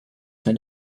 made